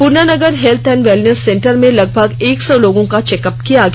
Purnanagar health and wellness centre में लगभग एक सौ लोगों का चेकअप किया गया